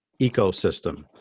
ecosystem